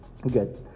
Good